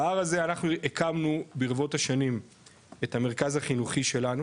בהר הזה הקמנו ברבות השנים את המרכז החינוכי שלנו